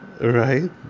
Right